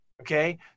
okay